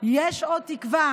יש עוד תקווה.